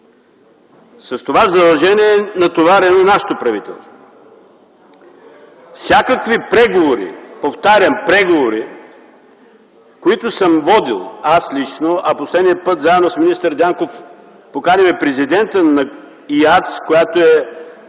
с това задължение е натоварено нашето правителство. Всякакви преговори, повтарям – преговори, съм водил лично, а последния път заедно с министър Дянков. Покани ме президентът на „ИАЦ”, която е